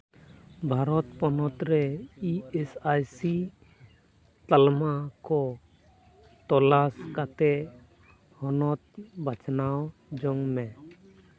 ᱵᱤᱦᱟᱨ ᱯᱚᱱᱚᱛ ᱨᱮ E S I C ᱛᱟᱞᱢᱟ ᱠᱚ ᱛᱚᱞᱟᱥ ᱠᱟᱛᱮᱫ ᱦᱚᱱᱚᱛ ᱵᱟᱪᱷᱱᱟᱣ ᱡᱚᱝ ᱢᱮ